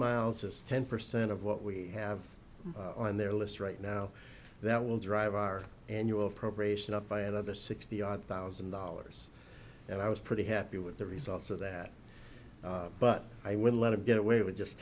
miles is ten percent of what we have on their list right now that will drive our annual appropriation up by another sixty odd thousand dollars and i was pretty happy with the results of that but i would let him get away with just